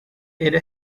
era